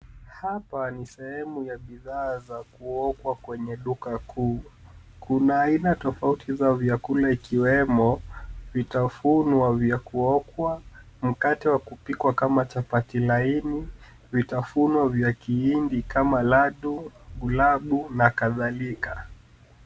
Hapa ni sehemu ya bidhaa za kuokwa kwenye duka kuu. Kuna aina tofauti za vyakula ikiwemo vitafunwa vya kuokwa, mkate wa kupikwa kama chapati laini, vitafunwa vya kihindi kama ladu, glabu na kadhalika.